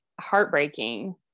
heartbreaking